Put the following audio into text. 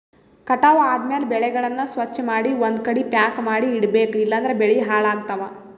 ಕಟಾವ್ ಆದ್ಮ್ಯಾಲ ಬೆಳೆಗಳನ್ನ ಸ್ವಚ್ಛಮಾಡಿ ಒಂದ್ಕಡಿ ಪ್ಯಾಕ್ ಮಾಡಿ ಇಡಬೇಕ್ ಇಲಂದ್ರ ಬೆಳಿ ಹಾಳಾಗ್ತವಾ